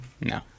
No